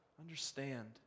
understand